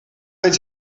eens